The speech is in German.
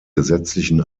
gesetzlichen